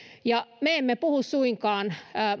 me emme puhu suinkaan